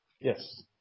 Yes